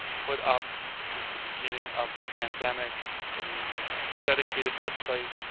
put up since the beginning of the pandemic, a dedicated website.